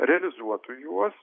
realizuotų juos